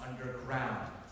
underground